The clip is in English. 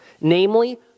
namely